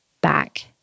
back